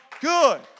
good